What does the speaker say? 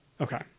Okay